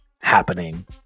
happening